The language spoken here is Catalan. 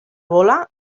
gola